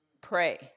Pray